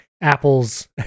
Apple's